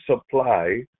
supply